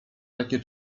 takie